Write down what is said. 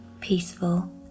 peaceful